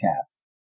cast